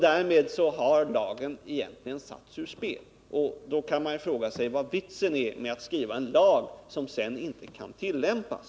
Lagen har därmed försatts ur spel, och då kan man fråga sig vad vitsen blir med att skriva en lag som sedan inte kan tillämpas.